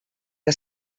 que